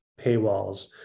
paywalls